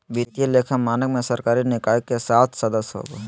वित्तीय लेखा मानक में सरकारी निकाय के सात सदस्य होबा हइ